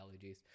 allergies